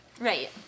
Right